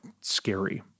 scary